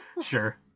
Sure